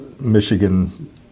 Michigan